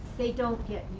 they don't get